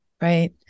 Right